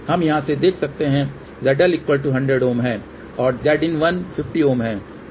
हम यहाँ से देख सकते हैं ZL 100 Ω है और Zin1 50 Ω है